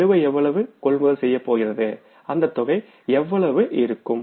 இருப்பு எவ்வளவு கொள்முதல் செய்யப் போகிறது அந்த தொகை எவ்வளவு இருக்கும்